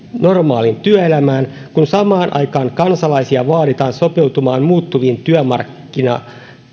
normaaliin työelämään kun samaan aikaan kansalaisia vaaditaan sopeutumaan muuttuviin työmarkkinoihin